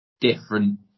different